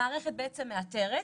המערכת בעצם מאתרת,